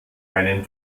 einem